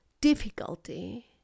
difficulty